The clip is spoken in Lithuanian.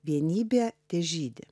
vienybė težydi